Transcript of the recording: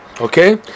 okay